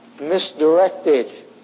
misdirected